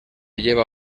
lleva